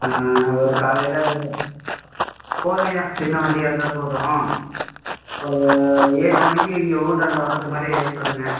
ஒரு காலையில ஒரு போதும்ய்யா சின்ன வண்டியாக இருந்தா போதும் ஒரு ஏழு மணிக்கு இங்கே ஊட்டாண்ட வர்ரது மாதிரி இது பண்ணுங்கள்